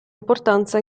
importanza